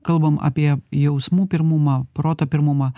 kalbam apie jausmų pirmumą protą pirmumą